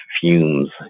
fumes